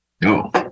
No